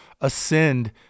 ascend